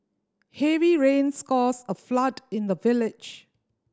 heavy rains caused a flood in the village